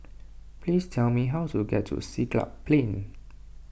please tell me how to get to Siglap Plain